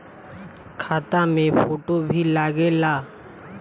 खाता मे फोटो भी लागे ला?